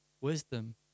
Wisdom